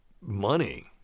money